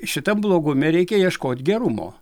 šitam blogume reikia ieškot gerumo